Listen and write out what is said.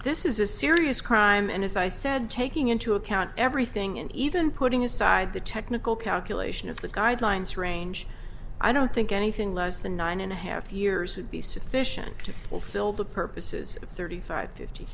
this is a serious crime and as i said taking into account everything and even putting aside the technical calculation of the guidelines range i don't think anything less than nine and a half years would be sufficient to fulfill the purposes of thirty five fifty